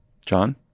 John